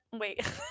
wait